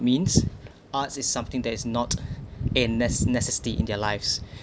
means arts is something that is not an nest necessity in their lives